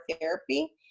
therapy